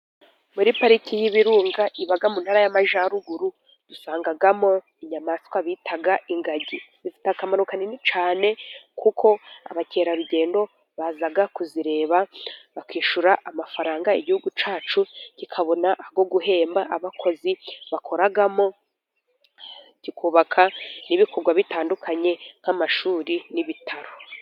Muri pariki y'ibirunga iba mu ntara y'Amajyaruguru dusangamo inyamaswa bita ingagi zifite akamaro kanini cyane, kuko abakerarugendo baza kuzireba bakishyura amafaranga Igihugu cyacu kikabona ayo guhemba abakozi bakoramo, kikubaka ibikorwa bitandukanye nk'amashuri, n'ibitaro.